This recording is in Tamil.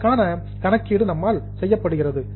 அதற்கான கால்குலேஷன் கணக்கீடு நம்மால் செய்யப்படுகிறது